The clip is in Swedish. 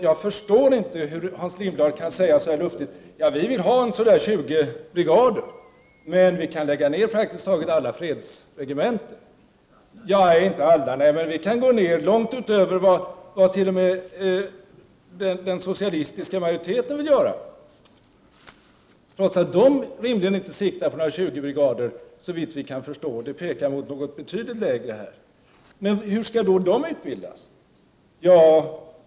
Jag förstår inte hur Hans Lindblad kan säga så här luftigt: Ja, vi vill ha så där 20 brigader men vi kan lägga ner praktiskt taget alla fredsregementen; vi kan gå ner långt utöver vad t.o.m. den socialistiska majoriteten vill, trots att den rimligen inte siktar på några 20 brigader, såvitt vi kan förstå. Det pekar mot någonting betydligt lägre. Hur skall dessa utbildas?